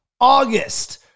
August